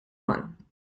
one